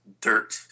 dirt